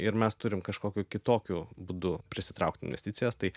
ir mes turim kažkokiu kitokiu būdu prisitraukt investicijas tai